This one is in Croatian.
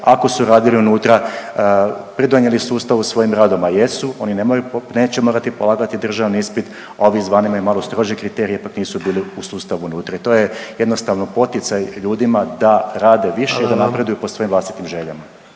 ako su radili unutra, pridonijeli sustavu svojim radom, a jesu, oni nemaju, neće morati polagati državni ispit, a ovi izvana imaju malo strože kriterije, ipak nisu bili u sustavu unutra i to je jednostavno poticaj ljudima da rade više i da napreduju .../Upadica: Hvala